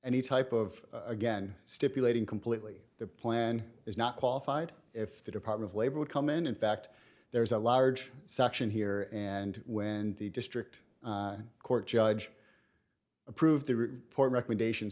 any type of again stipulating completely the plan is not qualified if the department of labor would come in in fact there is a large section here and when the district court judge approved the report recommendation